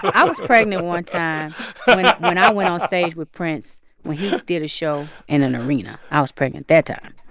i was pregnant one time when i went onstage with prince when he did a show in an arena. i was pregnant that time.